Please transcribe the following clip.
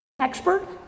Expert